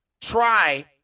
try